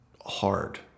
hard